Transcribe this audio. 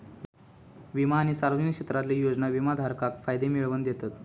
विमा आणि सार्वजनिक क्षेत्रातले योजना विमाधारकाक फायदे मिळवन दितत